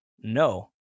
No